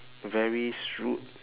very shrewd